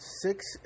six